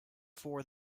for